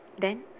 then